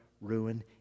ruin